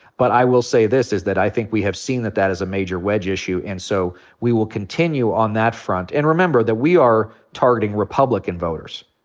but i will say this, is that i think we have seen that that is a major wedge issue. and so we will continue on that front. and remember that we are targeting republican voters.